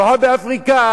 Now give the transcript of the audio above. לפחות באפריקה